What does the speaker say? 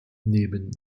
neben